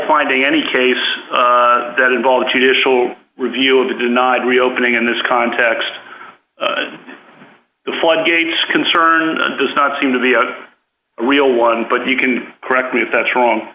finding any case that involves judicial review of the denied reopening in this context the floodgates concern does not seem to be a real one but you can correct me if that's wrong